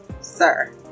sir